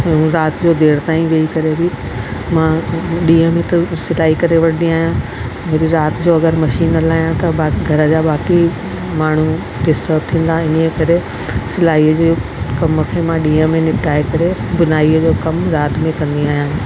ऐं राति जो देर ताईं वेही करे बि मां ॾींहं में त सिलाई करे वठंदी आहियां वरी राति जो अगरि मशीन हलायां त घर जा भाती माण्हू डिस्टर्ब थींदा इन्हीअ करे सिलाई जे कम खे मां ॾींहं में निपिटाए करे बुनाईअ जो कमु मां राति में कंदी आहियां